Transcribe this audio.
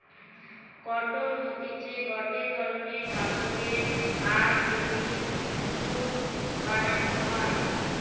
cotton হতিছে গটে ধরণের কাপড়ের আঁশ যেটি সুতো নু বানানো হয়